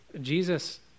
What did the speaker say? Jesus